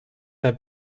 der